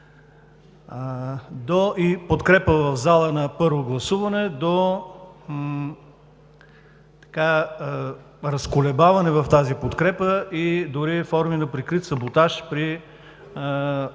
от подкрепа в зала на първо гласуване до разколебаване в тази подкрепа и дори форми на прикрит саботаж при